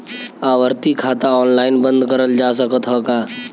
आवर्ती खाता ऑनलाइन बन्द करल जा सकत ह का?